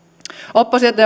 oppositio